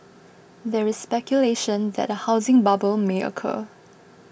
there is speculation that a housing bubble may occur